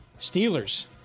Steelers